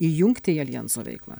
įjungti į aljanso veiklą